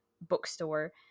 bookstore